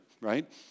right